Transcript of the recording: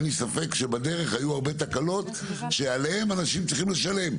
אין לי ספק שבדרך היו הרבה תקלות שעליהם אנשים צריכים לשלם,